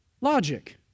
Logic